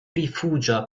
rifugia